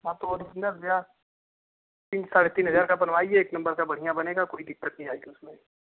हाँ तो ओरिजनल भैया तीन साढ़े तीन हज़ार का बनवाइए एक नम्बर का बढ़िया बनेगा कोई दिक्कत नहीं आएगी उसमें